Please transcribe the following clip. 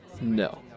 No